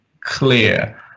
clear